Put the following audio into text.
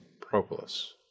propolis